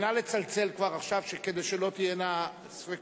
נא לצלצל כבר עכשיו, כדי שלא יהיו ספקות.